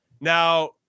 Now